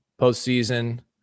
postseason